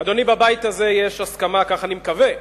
אדוני, בבית הזה יש הסכמה, כך אני מקווה,